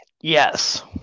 Yes